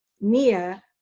Nia